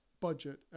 budget